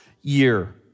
year